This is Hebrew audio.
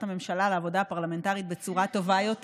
הממשלה לעבודה הפרלמנטרית בצורה טובה יותר.